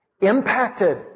impacted